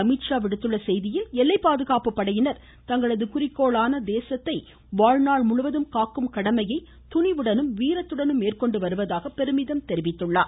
அமித்ஷா விடுத்துள்ள செய்தியில் எல்லை பாதுகாப்பு படையினர் தங்களது குறிக்கோளான தேசத்தை வாழ்நாள் முழுவதும் காக்கும் கடமையை துணிவுடனும் வீரத்துடனும் வீரத்துடனும் மேற்கொண்டு வருவதாக பெருமிதம் தெரிவித்தார்